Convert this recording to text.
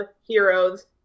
heroes